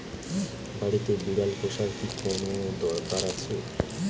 বাড়িতে বিড়াল পোষার কি কোন দরকার আছে?